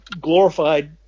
glorified